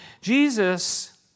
Jesus